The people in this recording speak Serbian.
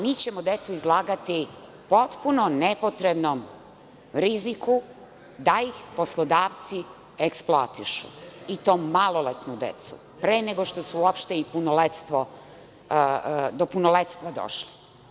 Mi ćemo decu izlagati potpuno nepotrebnom riziku da ih poslodavci eksploatišu i to maloletnu decu, pre nego što su uopšte do punoletstva došli.